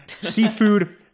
Seafood